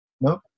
Nope